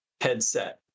headset